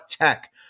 tech